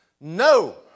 No